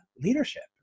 leadership